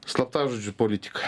slaptažodžių politika